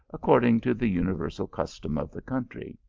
according to the universal custom of the country.